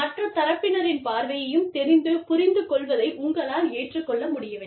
மற்ற தரப்பினரின் பார்வையையும் தெரிந்து புரிந்துகொள்வதை உங்களால் ஏற்றுக் கொள்ள முடியவில்லை